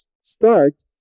start